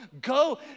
Go